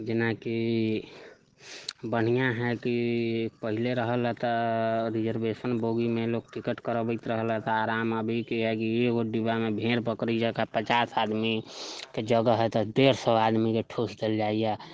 जेनाकि बढ़िआँ हइ कि पहले रहल हइ तऽ रिजर्वेशन बोगीमे लोक टिकट करबैत रहलैया तऽ आराम अभी किआकि एगो डिब्बामे भेड़ बकरी जकाँ पचास आदमीके जगह हइ तऽ डेढ़ सए आदमीके ठूँस देल जाइया